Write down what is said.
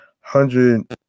hundred